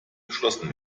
geschlossen